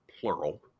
plural